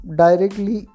directly